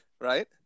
right